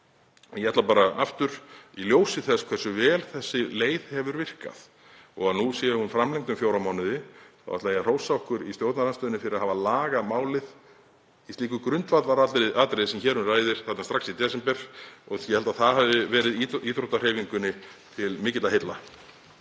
Ég ætla bara aftur, í ljósi þess hversu vel þessi leið hefur virkað og að nú sé hún framlengd um fjóra mánuði, að hrósa okkur í stjórnarandstöðunni fyrir að hafa lagað málið í slíku grundvallaratriði sem hér um ræðir strax í desember og ég held að það hafi verið íþróttahreyfingunni til mikilla heilla.